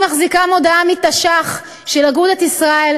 אני מחזיקה מודעה מתש"ח של אגודת ישראל